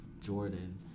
Jordan